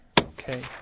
Okay